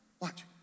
Watch